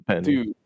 Dude